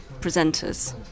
presenters